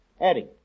Eddie